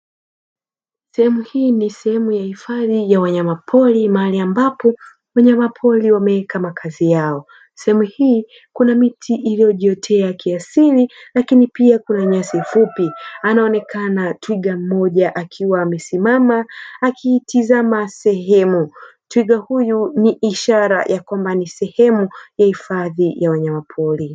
Sehemu hii ni sehemu ya hifadhi ya wanyamapori mahali ambapo wanyamapori wameweka makazi yao, sehemu hii kuna miti iliyojiotea kiasili lakini pia kuna nyasi fupi anaonekana twiga mmoja akiwa amesimama akiitizama sehemu twiga huyu ni ishara ya kwamba ni sehemu ya hifadhi ya wanyamapori.